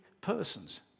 persons